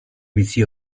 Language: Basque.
bizi